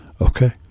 Okay